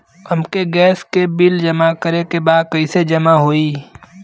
हमके गैस के बिल जमा करे के बा कैसे जमा होई?